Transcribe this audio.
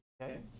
okay